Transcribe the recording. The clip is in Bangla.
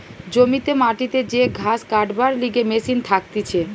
জমিতে মাটিতে যে ঘাস কাটবার লিগে মেশিন থাকতিছে